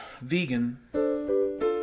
vegan